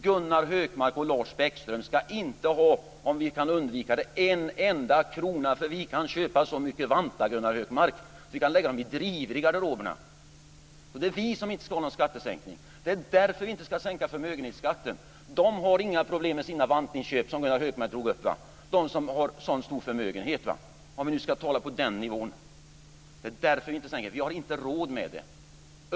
Gunnar Hökmark och Lars Bäckström ska inte ha en enda krona, om vi kan undvika det. Vi kan köpa så många vantar, Gunnar Hökmark, att vi kan lägga dem i drivor i garderoberna. Det är vi som inte ska ha någon skattesänkning. Det är därför som vi inte ska sänka förmögenhetsskatten. Om vi nu ska tala på den här nivån kan jag säga att de som har en sådan stor förmögenhet inte har några problem med sina vantinköp, som Gunnar Hökmark drog upp. Det är därför som vi inte sänker den skatten. Vi har inte råd med det.